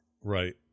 Right